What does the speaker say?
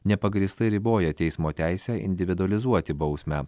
nepagrįstai riboja teismo teisę individualizuoti bausmę